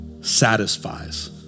satisfies